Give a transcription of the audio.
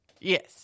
Yes